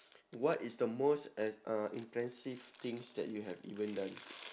what is the most ex~ uh impressive things that you have even done